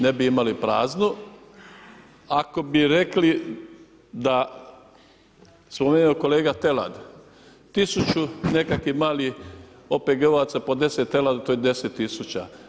Ne bi imali praznu ako bi rekli da, spomenuo je kolega telad tisuću nekakvih malih OPG-ovaca po 10 teladi to je 10 tisuća.